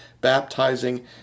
baptizing